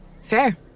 Fair